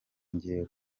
njyewe